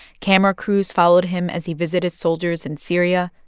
camera crews followed him as he visited soldiers in syria,